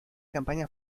campaña